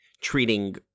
treating